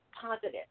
positive